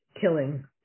killing